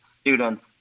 Students